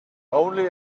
only